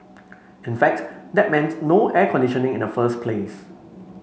in fact that meant no air conditioning in the first place